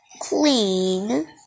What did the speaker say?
clean